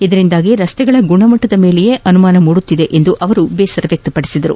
ಇದರಿಂದ ರಸ್ತೆಗಳ ಗುಣಮಟ್ಟದ ಮೇಲೆ ಅನುಮಾನ ಮೂಡುತ್ತಿದೆ ಎಂದು ಬೇಸರ ವ್ಯಕ್ತ ಪಡಿಸಿದರು